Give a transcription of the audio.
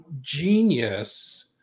genius